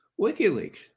WikiLeaks